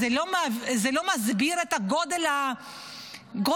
זה לא מסביר את גודל הניתוק,